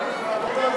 כבוד היושב-ראש,